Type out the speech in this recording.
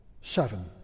seven